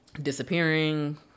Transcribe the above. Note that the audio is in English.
disappearing